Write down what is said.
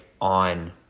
on